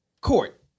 court